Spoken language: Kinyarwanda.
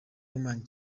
ihumanya